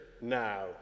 now